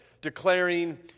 declaring